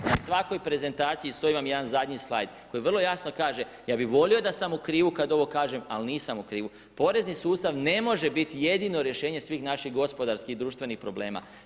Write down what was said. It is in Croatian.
Na svakoj prezentaciji, stoji vam jedan zadnji slajd koji vrlo jasno kaže, ja bih volio da sam u krivu kad ovo kažem, ali nisam u krivu, porezni sustav ne može biti jedino rješenje svih naših gospodarskih i društvenih problema.